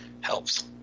helps